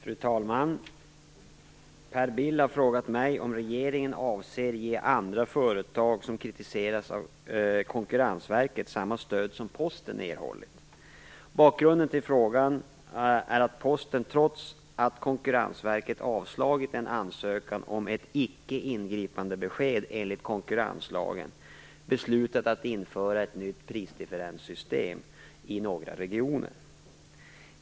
Fru talman! Per Bill har frågat mig om regeringen avser ge andra företag som kritiserats av Konkurrensverket samma stöd som Posten erhållit. Bakgrunden till frågan är att Posten, trots att Konkurrensverket avslagit en ansökan om ett ickeingripandebesked enligt konkurrenslagen, beslutat att införa ett nytt prisdifferenssystem i några regioner.